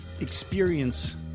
experience